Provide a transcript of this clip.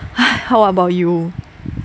!hais! how about you